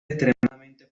extremadamente